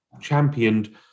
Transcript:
championed